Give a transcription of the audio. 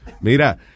Mira